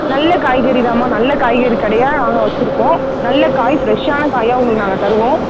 நல்ல காய்கறிதாம்மா நல்ல காய்கறி கடையாக நாங்கள் வச்சுருக்கோம் நல்ல காய் ஃப்ரெஷ்ஷான காயாக உங்களுக்கு நாங்கள் தருவோம்